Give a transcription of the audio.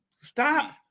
stop